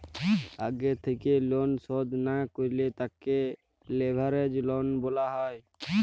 আগে থেক্যে লন শধ না করলে তাকে লেভেরাজ লন বলা হ্যয়